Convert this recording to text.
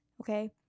okay